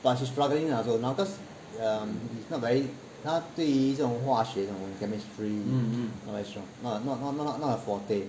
but she's struggling lah also now because um she's not very 她对于这种化学这种东西 chemistry not very strong not not not her forte